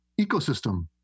ecosystem